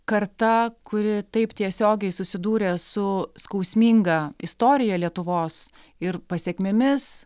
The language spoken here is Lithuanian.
karta kuri taip tiesiogiai susidūrė su skausminga istorija lietuvos ir pasekmėmis